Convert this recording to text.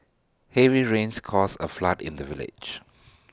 heavy rains caused A flood in the village